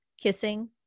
kissing